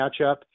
matchup